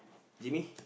Jimmy